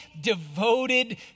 devoted